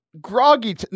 Groggy